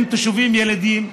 הם תושבים ילידים.